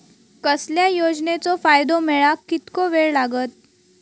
कसल्याय योजनेचो फायदो मेळाक कितको वेळ लागत?